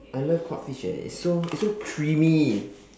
I love cod fish eh it's so it's so creamy